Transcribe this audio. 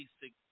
basic